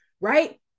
right